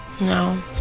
no